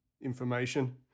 information